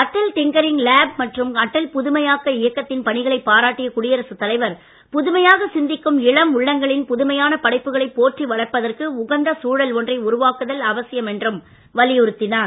Atal tinkering lab மற்றும் அட்டல் புதுமையாக்க இயக்கத்தின் பணிகளை பாராட்டிய குடியரசுத் தலைவர் புதுமையாக சிந்திக்கும் இளம் உள்ளங்களின் புதுமையான படைப்புகளை போற்றி வளர்ப்பதற்கு உகந்த சூழல் ஒன்றை உருவாக்குவதல் அவசியம் என்றும் வலியுறுத்தினார்